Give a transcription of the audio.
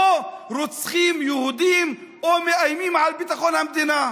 רוצחים בו יהודים או מאיימים על ביטחון המדינה,